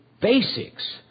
basics